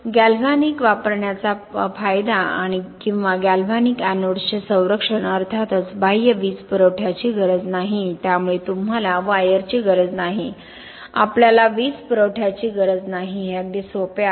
galvanic वापरण्याचा फायदा किंवा गॅल्व्हॅनिक एनोड्सचे संरक्षण अर्थातच बाह्य वीज पुरवठ्याची गरज नाही त्यामुळे तुम्हाला वायरची गरज नाही आपल्याला वीज पुरवठ्याची गरज नाही हे अगदी सोपे आहे